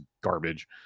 garbage